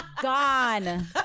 gone